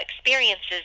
experiences